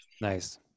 nice